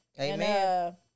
Amen